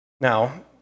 Now